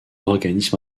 organismes